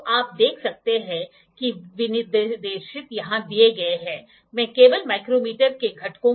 तो आपके पास ब्लेड होगा ठीक है तो इस ब्लेड में एक स्लॉट होगा ठीक है